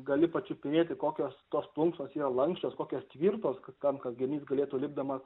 gali pačiupinėti kokios tos plunksnos yra lanksčios kokios tvirtos kad tam kad genys galėtų lipdamas